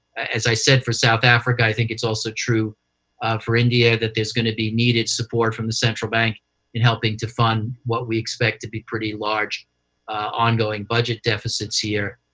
as i said for south africa, i think it's also true for india that there's going to be needed support from the central bank in helping to fund what we expect to be pretty large ongoing budget deficits here,